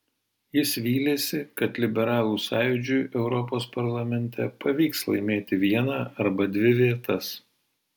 jis vylėsi kad liberalų sąjūdžiui europos parlamente pavyks laimėti vieną arba dvi vietas